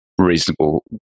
reasonable